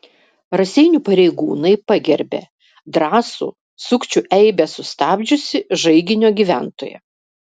raseinių pareigūnai pagerbė drąsų sukčių eibes sustabdžiusį žaiginio gyventoją